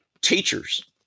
teachers